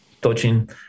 touching